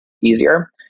easier